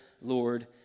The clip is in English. Lord